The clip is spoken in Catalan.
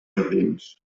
jardins